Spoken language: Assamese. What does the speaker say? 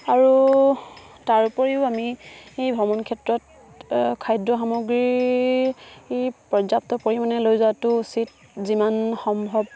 আৰু তাৰোপৰিও আমি এই ভ্ৰমণ ক্ষেত্ৰত খাদ্য সামগ্ৰীৰ পৰ্যাপ্ত পৰিমাণে লৈ যোৱাটো উচিত যিমান সম্ভৱ